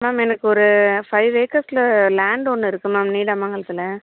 ma'am எனக்கு ஒரு five ஏக்கர்ஸ்ல லேண்டு ஒன்று இருக்குது மேம் நீலாமங்கலத்தில்